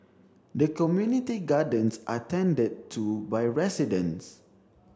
the community gardens are tended to by residents